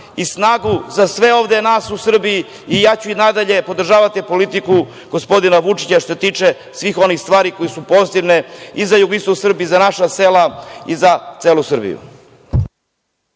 i snagu za sve ovde nas u Srbiji i ja ću i nadalje podržavati politiku gospodina Vučića što se tiče svih onih stvari koje su pozitivne i za jugoistok Srbije i za naša sela i za celu Srbiju.